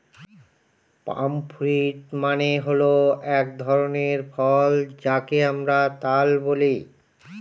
পাম fruit মানে হল এক ধরনের ফল যাকে আমরা তাল বলি